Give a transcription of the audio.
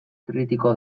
kritiko